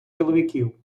чоловіків